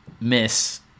miss